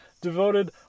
devoted